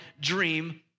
dream